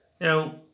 Now